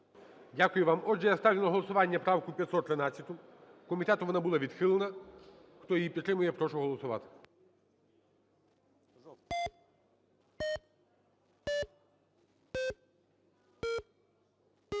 Дякую вам. Отже, я ставлю на голосування правку 513, комітетом вона була відхилена. Хто її підтримує, я прошу голосувати.